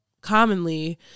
commonly